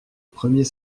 premier